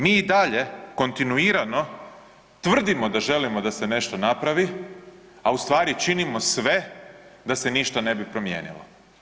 Mi i dalje kontinuirano tvrdimo da želimo da se nešto napravi, a u stvari činimo sve da se ništa ne bi promijenilo.